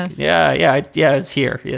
yeah. yeah. yeah, it's here. yeah